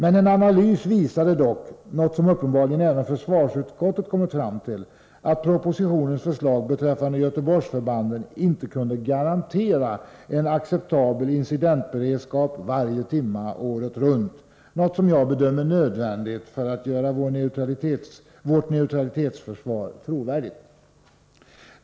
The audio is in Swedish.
En analys visade dock — vilket uppenbarligen även försvarsutskottet kommit fram till — att propositionens förslag beträffande Göteborgsförbanden inte kunde garantera en acceptabel incidentberedskap varje timma året runt, något som jag bedömer nödvändigt för att göra vårt neutralitetsförsvar trovärdigt.